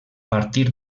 partir